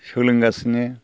सोलोंगासिनो